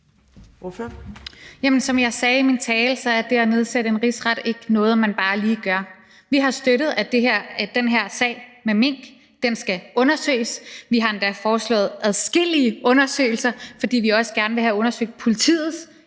Som jeg sagde i min tale, er det at nedsætte en rigsret ikke noget, som man bare lige gør. Vi har støttet, at den her sag med mink skal undersøges, vi har endda foreslået adskillige undersøgelser, fordi vi også gerne vil have undersøgt politiets